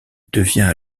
devient